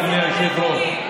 אדוני היושב-ראש,